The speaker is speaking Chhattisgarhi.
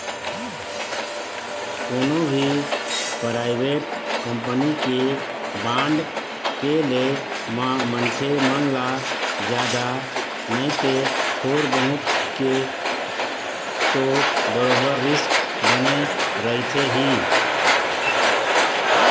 कोनो भी पराइवेंट कंपनी के बांड के ले म मनखे मन ल जादा नइते थोर बहुत के तो बरोबर रिस्क बने रहिथे ही